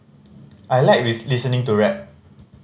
I like listening to rap